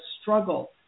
struggle